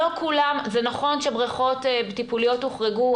זה נכון שבריכות טיפוליות הוחרגו,